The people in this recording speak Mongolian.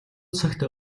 цагт